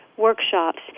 workshops